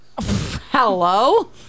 Hello